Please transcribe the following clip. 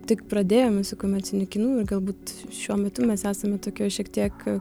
tik pradėjom su komerciniu kinu ir galbūt šiuo metu mes esame tokioje šiek tiek